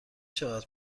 شود